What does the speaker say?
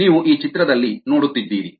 ಇಲ್ಲಿ ನೀವು ಈ ಚಿತ್ರದಲ್ಲಿ ನೋಡುತ್ತಿದ್ದೀರಿ